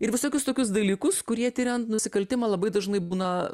ir visokius tokius dalykus kurie tiriant nusikaltimą labai dažnai būna